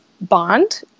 Bond